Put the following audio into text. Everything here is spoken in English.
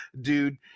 dude